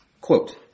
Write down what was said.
quote